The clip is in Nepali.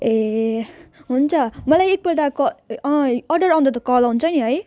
ए हुन्छ मलाई एकपल्ट क अर्डर आउँदा त कल आउँछ नि है